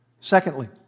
Secondly